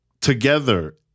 together